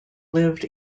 lived